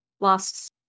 Last